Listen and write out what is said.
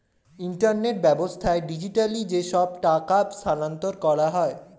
internet ব্যাবস্থায় digitally যেসব টাকা স্থানান্তর করা হয়